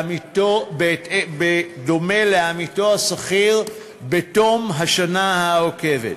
בדומה לעמיתו השכיר, בתום השנה העוקבת.